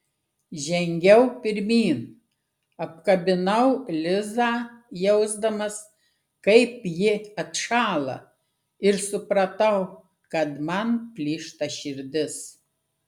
žengiau pirmyn apkabinau lizą jausdamas kaip ji atšąla ir supratau kad man plyšta širdis